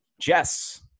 Jess